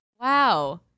Wow